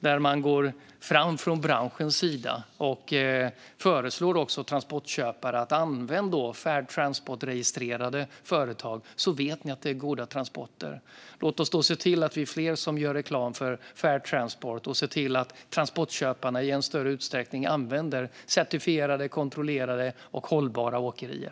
Där går man fram från branschens sida och föreslår transportköpare att använda Fair Transport-registrerade företag, så att de vet att det är goda transporter. Låt oss bli fler som gör reklam för Fair Transport och ser till att transportköparna i större utsträckning använder certifierade, kontrollerade och hållbara åkerier.